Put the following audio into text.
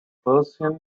persian